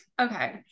okay